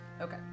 okay